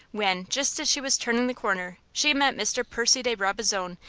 when, just as she was turning the corner, she met mr. percy de brabazon,